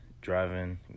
driving